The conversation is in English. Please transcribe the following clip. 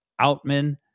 Outman